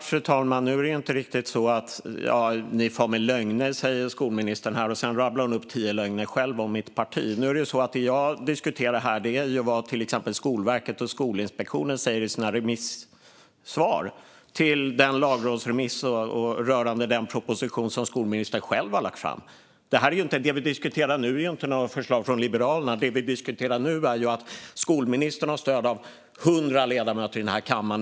Fru talman! Skolministern säger att vi far med lögner, och sedan rabblar hon upp tio lögner själv om mitt parti. Det jag diskuterar här är vad till exempel Skolverket och Skolinspektionen säger i sina remissvar till lagrådsremissen rörande den proposition som skolministern själv har lagt fram. Det vi diskuterar nu är inte ett förslag från Liberalerna, utan det vi diskuterar nu är att skolministern har stöd av 100 ledamöter i kammaren.